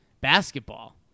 basketball